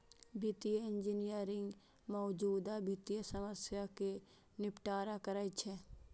वित्तीय इंजीनियरिंग मौजूदा वित्तीय समस्या कें निपटारा करै छै